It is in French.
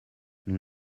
nous